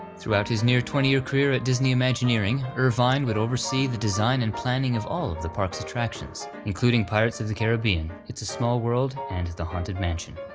throughout his near twenty year career at disney imagineering, irvine would oversee the design and planning of all of the park's attractions, including pirates of the caribbean, it's a small world, and the haunted mansion.